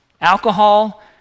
alcohol